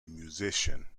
musician